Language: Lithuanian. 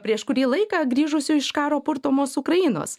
prieš kurį laiką grįžusiu iš karo purtomos ukrainos